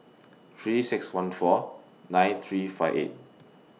three six one four nine three five eight